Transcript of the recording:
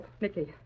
Nicky